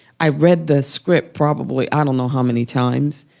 i read the script probably i don't know how many times.